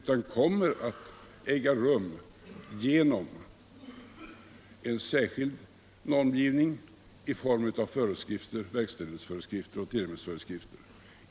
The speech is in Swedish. De kommer att fastställas genom en särskild normgivning i form av föreskrifter —- verkställighetsföreskrifter och tillämpningsföreskrifter.